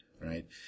right